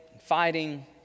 fighting